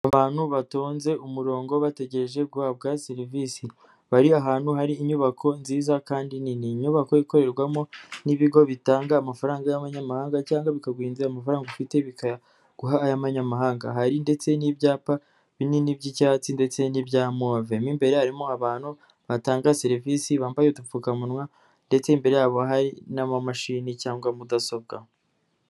Abantu batonze umurongo bategereje guhabwa serivisi, bari ahantu hari inyubako nziza kandi nini, inyubako ikorerwamo n'ibigo bitanga amafaranga y'abanyamahanga cyangwa bikaghinza amafaranga ufiteguha ay'amanyamahanga, hari ndetse n'ibyapa binini by'icyatsi ndetse n'ibya move, mu imbere harimo abantu batanga serivisi bambaye udupfukamunwa ndetse imbere yabo hari n'amamashini cyangwa mudasobwa.